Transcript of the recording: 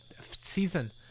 season